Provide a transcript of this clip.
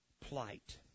plight